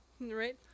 Right